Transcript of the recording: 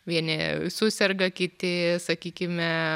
vieni suserga kiti sakykime